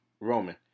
Roman